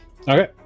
Okay